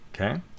Okay